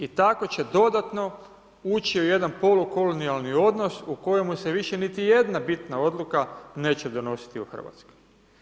I tako će dodatno ući u jedan polu kolonijalni odnos u kojemu se više niti jedna bitna odluka neće donositi u Hrvatskoj.